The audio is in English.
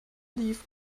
leave